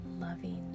loving